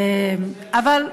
יש יותר.